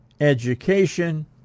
education